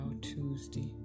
Tuesday